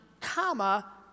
comma